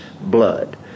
blood